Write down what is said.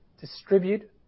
distribute